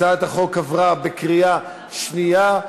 הצעת החוק עברה בקריאה שנייה.